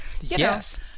yes